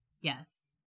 Yes